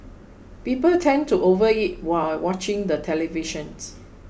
people tend to overeat while watching the television